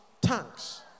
Tanks